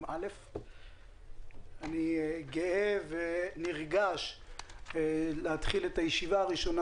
אני גאה ונרגש להתחיל את הישיבה הראשונה